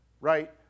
right